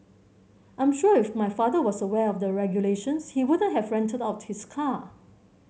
I'm sure if my father was aware of the regulations he wouldn't have rented out his car